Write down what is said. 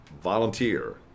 volunteer